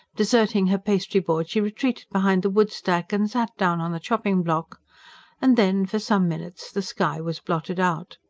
deserting her pastry-board she retreated behind the woodstack and sat down on the chopping-block and then, for some minutes, the sky was blotted out.